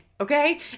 okay